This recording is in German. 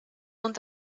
und